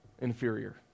inferior